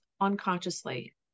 unconsciously